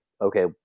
okay